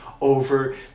over